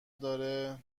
داره